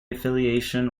affiliation